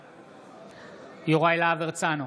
בעד יוראי להב הרצנו,